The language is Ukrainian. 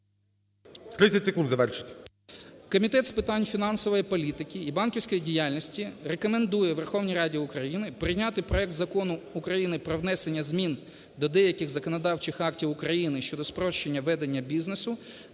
30 секунд завершити. РІЗАНЕНКО П.О. Комітет з питань фінансової політики і банківської діяльності рекомендує Верховній Раді України прийняти проект Закону України про внесення змін до деяких законодавчих актів України (щодо спрощення ведення бізнесу